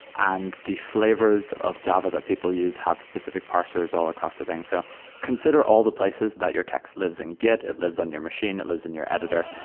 and the flavors of java that people use have specific parsers all across the things. so consider all the places that your text lives in git. it lives on your machine. it lives in your editor.